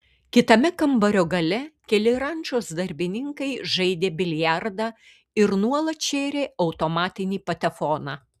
kitame kambario gale keli rančos darbininkai žaidė biliardą ir nuolat šėrė automatinį patefoną